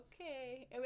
okay